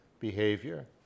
behavior